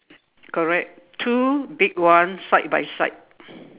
correct two big ones side by side